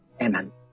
Amen